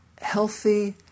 healthy